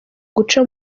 guca